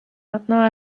maintenant